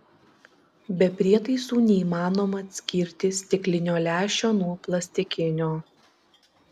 be prietaisų neįmanoma atskirti stiklinio lęšio nuo plastikinio